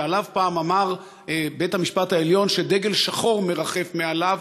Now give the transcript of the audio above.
שעליו פעם אמר בית-המשפט העליון שדגל שחור מרחף מעליו,